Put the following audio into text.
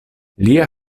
lia